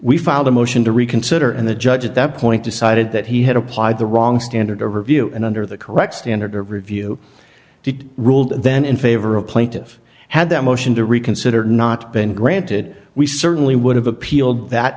filed a motion to reconsider and the judge at that point decided that he had applied the wrong standard overview and under the correct standard of review did ruled then in favor of plaintive had that motion to reconsider not been granted we certainly would have appealed that